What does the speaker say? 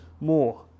more